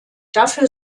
dafür